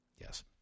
yes